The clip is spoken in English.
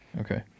Okay